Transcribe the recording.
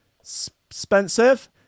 expensive